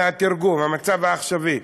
המצב העכשווי.